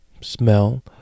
smell